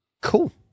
Cool